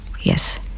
yes